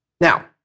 Now